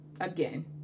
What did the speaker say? again